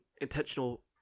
intentional